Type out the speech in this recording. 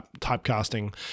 typecasting